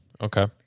Okay